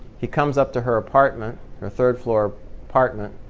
he comes up to her apartment her third floor apartment.